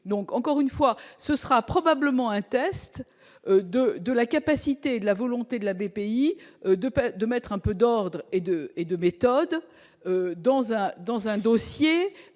donc, encore une fois, ce sera probablement un test de de la capacité et la volonté de la BPI de de mettre un peu d'ordre et de et de méthode dans un dans